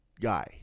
guy